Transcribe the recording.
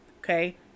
Okay